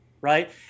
right